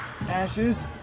Ashes